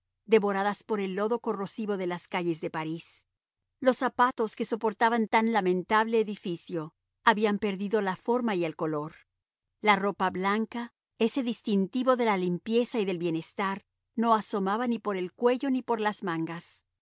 devoradas por el lodo corrosivo de las calles de parís los zapatos que soportaban tan lamentable edificio habían perdido la forma y el color la ropa blanca ese distintivo de la limpieza y del bienestar no asomaba ni por el cuello ni por las mangas